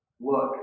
Look